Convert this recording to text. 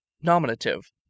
nominative